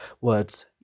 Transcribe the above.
words